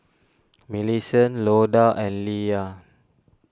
Millicent Loda and Leia